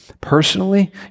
personally